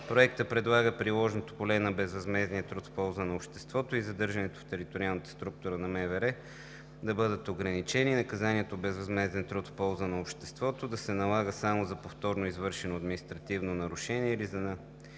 Проектът предлага приложното поле на безвъзмездния труд в полза на обществото и задържането в териториална структура на МВР да бъдат ограничени. Наказанието безвъзмезден труд в полза на обществото да се налага само за повторно извършено административно нарушение или за така